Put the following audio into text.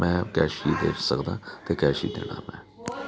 ਮੈਂ ਕੈਸ਼ ਹੀ ਦੇ ਸਕਦਾ ਅਤੇ ਕੈਸ਼ ਹੀ ਦੇਣਾ ਮੈਂ